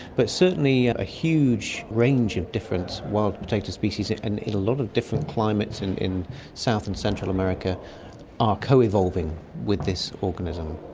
but certainly a huge range of different wild potato species and in and a lot of different climates and in south and central america are coevolving with this organism.